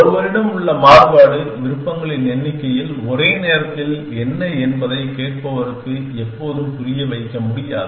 ஒருவரிடம் உள்ள மாறுபாடு விருப்பங்களின் எண்ணிக்கையில் ஒரே நேரத்தில் என்ன என்பதை கேட்பவருக்கு எப்போதும் புரிய வைக்க முடியாது